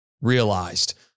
realized